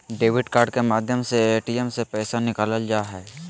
debit card के माध्यम से ए.टी.एम से पैसा निकालल जा हय